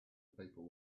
people